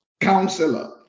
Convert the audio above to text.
counselor